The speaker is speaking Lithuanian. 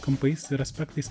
kampais ir aspektais